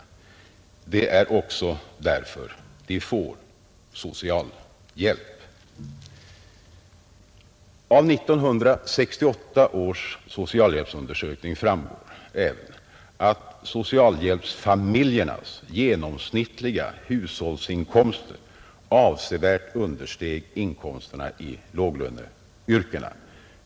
Det är också därför de får socialhjälp. Av 1968 års socialhjälpsundersökning framgår även att socialhjälpsfamiljernas genomsnittliga hushållsinkomster avsevärt understeg inkomsterna inom låglöneyrkena.